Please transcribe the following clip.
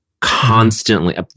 constantly